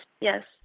yes